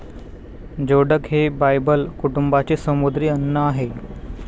जोडक हे बायबल कुटुंबाचे समुद्री अन्न आहे